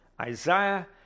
Isaiah